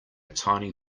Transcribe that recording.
tiny